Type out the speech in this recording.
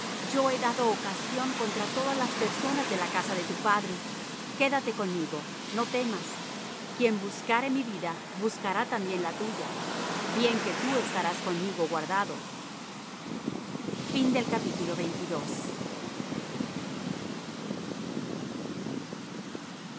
yo he dado ocasión contra todas las personas de la casa de tu padre quédate conmigo no temas quien buscare mi vida buscará también la tuya bien que tú estarás conmigo guardado y